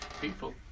people